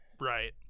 Right